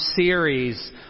series